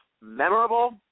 memorable